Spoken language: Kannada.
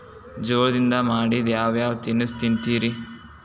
ಜೋಳದಿಂದ ಮಾಡಿದ ಯಾವ್ ಯಾವ್ ತಿನಸು ತಿಂತಿರಿ?